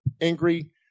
angry